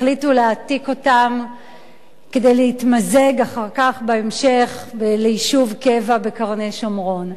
החליטו להעתיק אותם כדי להתמזג אחר כך בהמשך ליישוב קבע בקרני-שומרון.